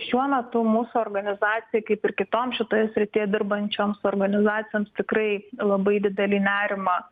šiuo metu mūsų organizacijai kaip ir kitom šitoje srityje dirbančioms organizacijoms tikrai labai didelį nerimą